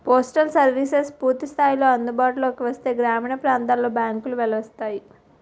postal services పూర్తి స్థాయిలో అందుబాటులోకి వస్తే గ్రామీణ ప్రాంతాలలో బ్యాంకులు వెలుస్తాయి